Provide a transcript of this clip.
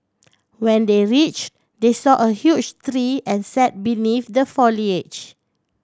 when they reach they saw a huge tree and sat beneath the foliage